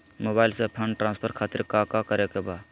Mobile से fund transfer खातिर काका करे के बा?